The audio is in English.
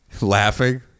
laughing